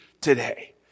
today